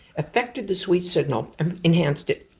affected the sweet signal and enhanced it.